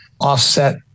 offset